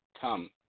Come